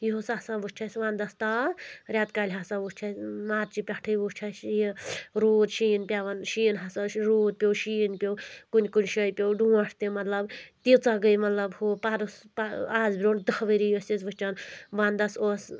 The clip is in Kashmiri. یُہُس ہَسا وُچھ اَسہِ وَندَس تاپھ رؠتہٕ کالہِ ہسا وُچھ اَسہِ مَارچہِ پؠٹھٕے وُچھ اَسہِ یہِ روٗد شیٖن پؠوَان شیٖن ہسا چھِ روٗد پیو شیٖن پیٚو کُنہِ کُنہِ شٲے پیٚو ڈونٛٹھ تہِ مطلب تیٖژاہ گٔے مطلب ہُہ پَرُس آز برونٛٹھ دہ ؤری ٲسۍ أسۍ وٕچھان وَنٛدَس اوس